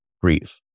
grief